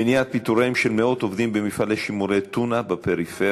מניעת פיטוריהם של מאות עובדים במפעלי שימורי טונה בפריפריה,